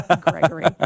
Gregory